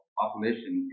population